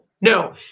no